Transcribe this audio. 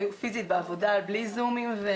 היו פיזית בעבודה בלי זומים.